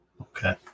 okay